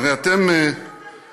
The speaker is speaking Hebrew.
הרי אתם רוצים,